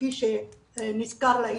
כפי שנזכר לעיל,